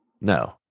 No